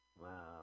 Wow